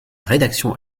rédaction